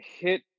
hit